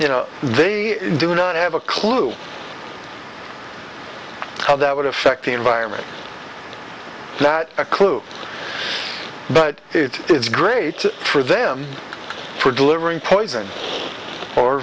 you know they do not have a clue how that would affect the environment that a clue but it's great for them for delivering poison